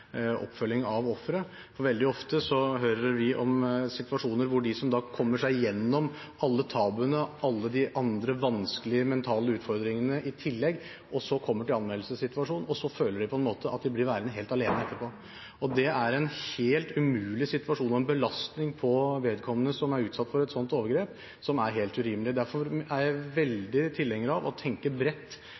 oppfølging av ofre. Veldig ofte hører vi om situasjoner hvor de som kommer seg gjennom alle tabuene og alle de andre vanskelige mentale utfordringene i tillegg, og så kommer til anmeldelsessituasjonen, på en måte føler at de blir værende helt alene etterpå. Det er en helt umulig situasjon og en belastning for vedkommende som er utsatt for et sånt overgrep, som er helt urimelig. Derfor er jeg tilhenger av å tenke bredt